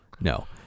no